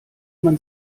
man